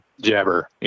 jabber